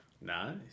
Nice